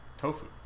tofu